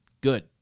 good